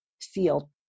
feel